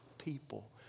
people